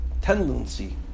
tendency